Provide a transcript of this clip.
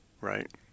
right